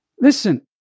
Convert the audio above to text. Listen